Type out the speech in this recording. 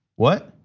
what?